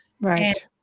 Right